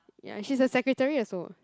ya she's a secretary also